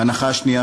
ההנחה השנייה,